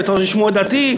אם אתה רוצה לשמוע את דעתי,